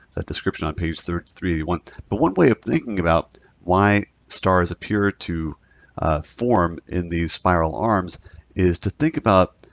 that description on page three three but one way of thinking about why stars appear to form in these spiral arms is to think about,